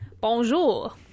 bonjour